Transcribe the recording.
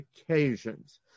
occasions